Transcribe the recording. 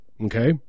Okay